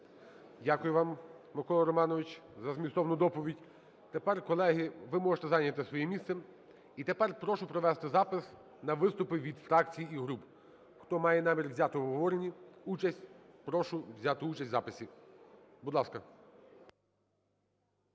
Дякую вам, Микола Романович, за змістовну доповідь. Тепер, колеги… Ви можете зайняти своє місце. І тепер прошу провести запис на виступи від фракцій і груп. Хто має намір взяти в обговоренні участь, прошу взяти участь в записі. Будь ласка.